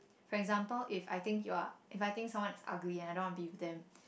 for example if I think you are if I think someone is ugly and I don't wanna be with them